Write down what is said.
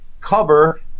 cover